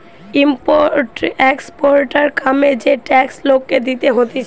import exporter কামে যে tax লোককে দিতে হতিছে